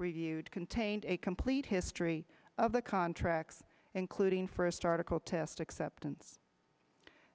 reviewed contained a complete history of the contracts including first article test acceptance